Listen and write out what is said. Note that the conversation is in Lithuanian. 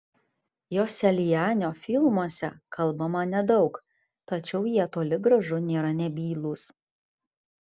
joselianio filmuose kalbama nedaug tačiau jie toli gražu nėra nebylūs